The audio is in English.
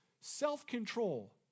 self-control